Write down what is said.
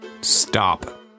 Stop